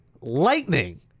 lightning